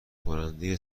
کننده